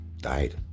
died